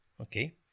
Okay